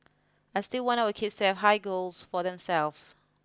I still want our kids to have high goals for themselves